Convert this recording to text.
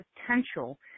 potential